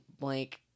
blank